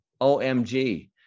OMG